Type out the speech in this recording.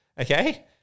Okay